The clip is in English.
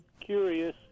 curious